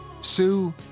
Sue